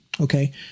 Okay